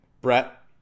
brett